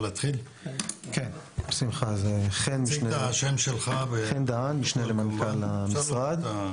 חן דהן, משנה למנכ"ל המשרד.